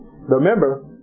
remember